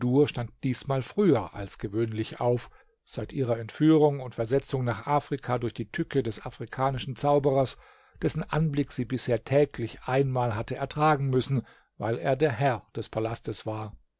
stand diesmal früher als gewöhnlich auf seit ihrer entführung und versetzung nach afrika durch die tücke des afrikanischen zauberers dessen anblick sie bisher täglich einmal hatte ertragen müssen weil er der herr des palastes war